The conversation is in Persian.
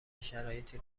شرایطی